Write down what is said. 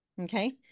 okay